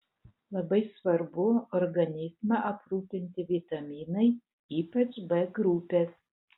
labai svarbu organizmą aprūpinti vitaminais ypač b grupės